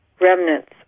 remnants